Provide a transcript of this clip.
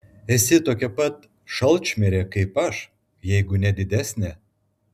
esi tokia pat šalčmirė kaip aš jeigu ne didesnė